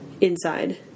inside